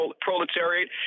proletariat